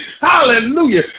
Hallelujah